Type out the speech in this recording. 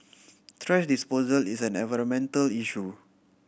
thrash disposal is an environmental issue